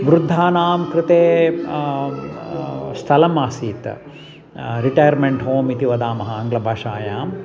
वृद्धानां कृते स्थलम् आसीत् रिटैर्मेण्ट् होम् इति वदामः आङ्ग्लभाषायां